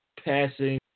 Passing